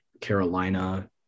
Carolina